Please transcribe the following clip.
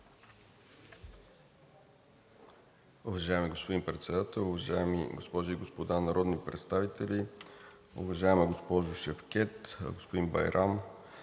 Уважаеми господин Председател, уважаеми госпожи и господа народни представители! Уважаема госпожо Шевкед, съгласен съм.